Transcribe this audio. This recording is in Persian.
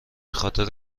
خاطر